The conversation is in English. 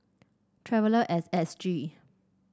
Traveller as S G